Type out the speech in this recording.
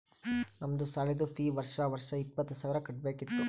ನಮ್ದು ಸಾಲಿದು ಫೀ ವರ್ಷಾ ವರ್ಷಾ ಇಪ್ಪತ್ತ ಸಾವಿರ್ ಕಟ್ಬೇಕ ಇತ್ತು